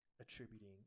attributing